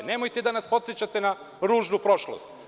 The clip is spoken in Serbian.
Nemojte da nas podsećate na ružnu prošlost.